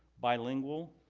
bilingual,